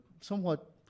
somewhat